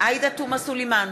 עאידה תומא סלימאן,